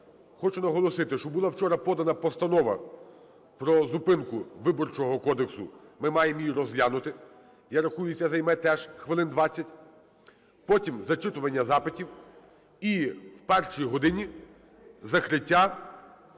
Хочу наголосити, що була вчора подана Постанова про зупинку Виборчого кодексу, ми маємо її розглянути. Я рахую, це займе теж хвилин двадцять. Потім зачитування запитів, і о першій годині – закриття